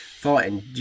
fighting